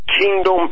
kingdom